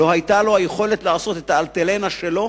לא היתה לו היכולת לעשות את ה"אלטלנה" שלו,